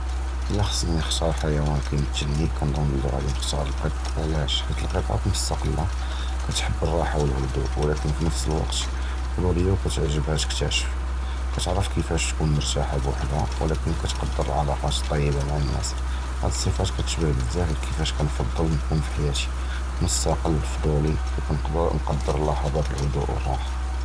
אִלָּא חַאס נְחַתַּר חַיוַאן כִּימְתַ'לנִי כּנְצַנּ בְּלִי נְחַתַּר הַחֻתּוּל, עַלָּאש? כִּיּוּ הַחֻתוּלִים מֻסְתַקִּלִין, כִּתְבְּגּוּ אֶת-הָרָאחַה וְהַשְּׁכוּן, וְלָקִין בְּנְפְס הַזְּמַן פֻצּוּלִיִּין וְכִּתְעַגַּ'בּוּ לְתִכְתָּאשַּׁף, כִּתְעַרֵף כִּיפַּאש תִּקוּן מְרָאחָה בְּבַעְדָּהּ, וְלָקִין כִּתְקַדַּר עַל עֲלָאקָּאת טַיִּבָּה עִם הַנָּאס, הַדְּסְפָאת כִּתְשְּׁבַּהּ בְּזַבַּא כִּיפַּאש כּנְפַדַּל נְקוּן פִי חַיַּתְנָא, מֻסְתַקִּל, פֻצּוּלִי, וְכִתְקַדַּר לַחַדָּאת הַשְּׁכוּן וְהָרָאחַה.